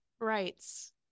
rights